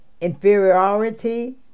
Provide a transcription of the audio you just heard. inferiority